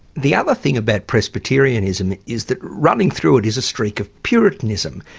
the other thing about presbyterianism is that running through it is a streak of puritanism.